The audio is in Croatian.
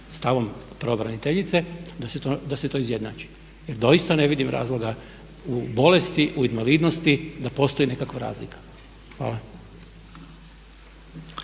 stavom pravobraniteljice da se to izjednači jer doista ne vidim razloga u bolesti, u invalidnosti da postoji nekakva razlika. Hvala.